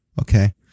Okay